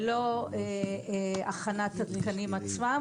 ולא הכנת התקנים עצמם.